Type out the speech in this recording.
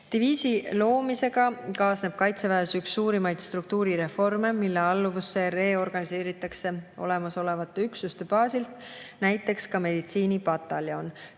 Diviisi loomisega kaasneb kaitseväes üks suurimaid struktuurireforme ja selle alluvusse reorganiseeritakse olemasolevate üksuste baasil näiteks ka meditsiinipataljon.